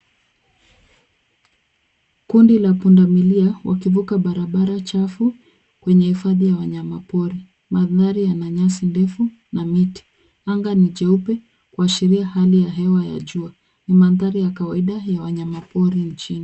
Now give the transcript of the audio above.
Kundi la pundamilia wakivuka barabara chafu kwenye uhifadhi ya wanyama pori. Mandhari yana nyasi ndefu na miti. Anga ni jeupe kuashiria hali ya hewa ya jua. Ni mandhari ya kawaida ya wanyama pori nchini.